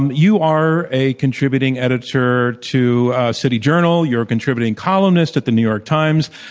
you are a contributing editor to city journal, you're a contributing columnist at the new york times,